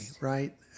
right